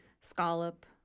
scallop